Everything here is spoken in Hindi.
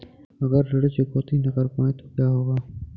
अगर ऋण चुकौती न कर पाए तो क्या होगा?